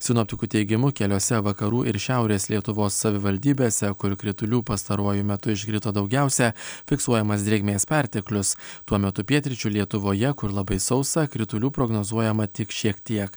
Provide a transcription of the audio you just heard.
sinoptikų teigimu keliose vakarų ir šiaurės lietuvos savivaldybėse kur kritulių pastaruoju metu iškrito daugiausia fiksuojamas drėgmės perteklius tuo metu pietryčių lietuvoje kur labai sausa kritulių prognozuojama tik šiek tiek